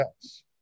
yes